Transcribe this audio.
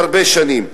הרבה שנים.